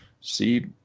see